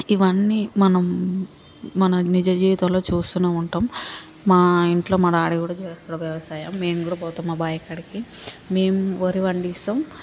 ఇవన్నీ మనం మన నిజ జీవితంలో చూస్తూనే ఉంటాం మా ఇంట్లో మా డాడీ కూడా చేస్తాడు వ్యవసాయం మేము కూడా పోతాం మా బావి కాడకి మేము వరి పండిస్తాం